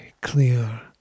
clear